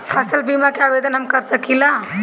फसल बीमा के आवेदन हम कर सकिला?